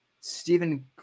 stephen